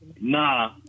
Nah